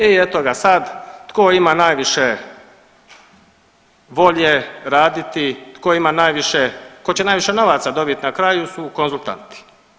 I eto ga sad tko ima najviše volje raditi, tko ima najviše, ko će najviše novaca dobit na kraju su konzultanti.